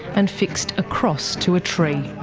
and fixed a cross to a tree.